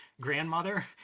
grandmother